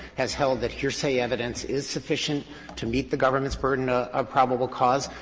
has held that hearsay evidence is sufficient to meet the government's burden ah of probable cause.